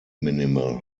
minimal